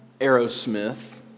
Aerosmith